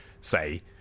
say